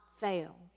fail